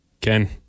Ken